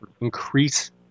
increase